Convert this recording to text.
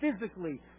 physically